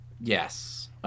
yes